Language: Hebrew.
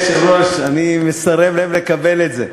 אני לא מוכן לקבל את זה.